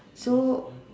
so